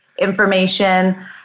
information